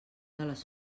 les